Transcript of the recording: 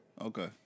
Okay